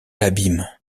l’abîme